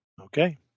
Okay